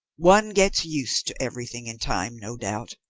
one gets used to everything in time, no doubt,